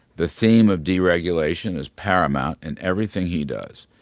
the theme of deregulation is paramount in everything he does.